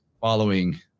following